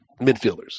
midfielders